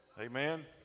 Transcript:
Amen